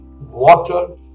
water